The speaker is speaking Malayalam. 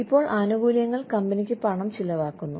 ഇപ്പോൾ ആനുകൂല്യങ്ങൾ കമ്പനിക്ക് പണം ചിലവാക്കുന്നു